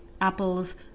Apple's